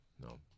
no